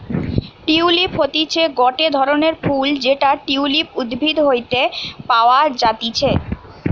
tulip হতিছে গটে ধরণের ফুল যেটা টিউলিপ উদ্ভিদ হইতে পাওয়া যাতিছে